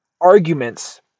arguments